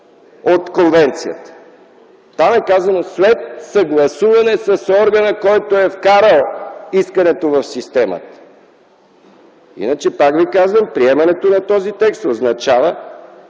от Конвенцията. Там е казано: „след съгласуване с органа, който е вкарал искането в системата”. Иначе, пак ви казвам, приемането на този текст означава,